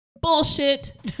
Bullshit